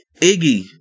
Iggy